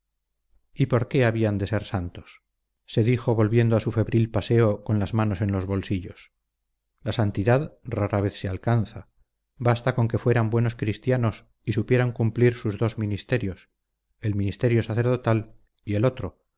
y por qué habían de ser santos se dijo volviendo a su febril paseo con las manos en los bolsillos la santidad rara vez se alcanza basta con que fueran buenos cristianos y supieran cumplir sus dos ministerios el ministerio sacerdotal y el otro